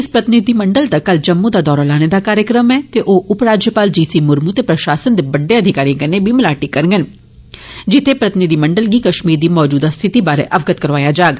इस प्रतिनिधिमंडल दा कल जम्मू दा दौरा लाने दा कार्जक्रम ऐ ते ओ उप राज्यपाल जी सी मुरमू ते प्रशासन दे बड्डे अधिकारिए कन्नै बी मलाटी करगन जित्थें प्रतिनिधिमंडल गी कश्मीर दी मौजूदा स्थिति बारै अवगत करोआया जाग